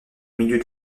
milieu